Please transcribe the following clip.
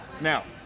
now